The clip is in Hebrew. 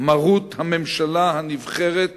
מרות הממשלה הנבחרת